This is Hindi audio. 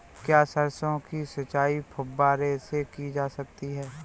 क्या सरसों की सिंचाई फुब्बारों से की जा सकती है?